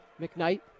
McKnight